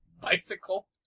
bicycle